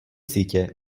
sítě